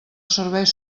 serveis